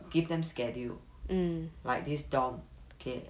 give them schedule like this dormitory okay